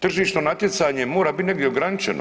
Tržišno natjecanje mora biti negdje ograničeno.